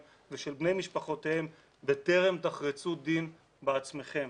ושל בני משפחותיהם בטרם תחרצו דין בעצמכם.